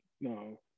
No